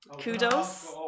kudos